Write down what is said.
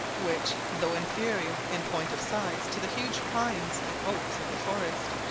which, though inferior in point of size to the huge pines and oaks of the forest,